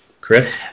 Chris